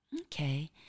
Okay